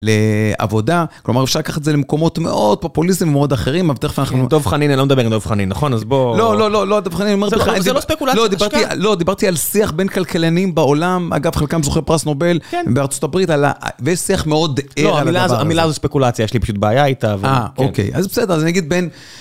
לעבודה, כלומר, אפשר לקחת את זה למקומות מאוד פופוליסטיים ומאוד אחרים, אבל תכף אנחנו... דב חנין, אני לא מדבר עם דב חנין, נכון? אז בואו... לא, לא, לא, לא, דב חנין, אמרתי לך... זה לא ספקולציה, זה השקעה. לא, דיברתי על שיח בין כלכלנים בעולם, אגב, חלקם זוכי פרס נובל, הם בארצות הברית, ויש שיח מאוד ער... לא, המילה הזו ספקולציה, יש לי פשוט בעיה איתה, אבל... אה, אוקיי, אז בסדר, אז אני אגיד בין...